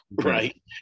Right